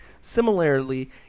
similarly